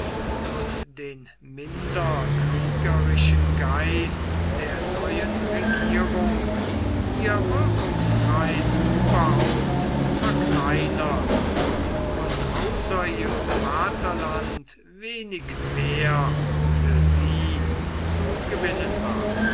und den minder kriegerischen geist der neuen regierung ihr wirkungskreis überhaupt verkleinert und außer ihrem vaterland wenig mehr für sie zu gewinnen war